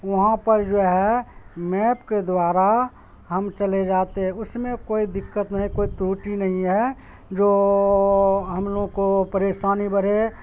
وہاں پر جو ہے میپ کے دوارا ہم چلے جاتے اس میں کوئی دقت نہیں کوئی توٹی نہیں ہے جو ہم لوگوں کو پریشانی بڑھے